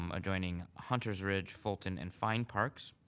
um adjoining hunter's ridge, fulton and fine parks,